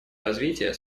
развития